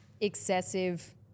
excessive